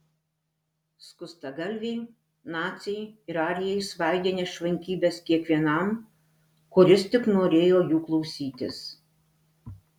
skustagalviai naciai ir arijai svaidė nešvankybes kiekvienam kuris tik norėjo jų klausytis